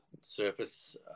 surface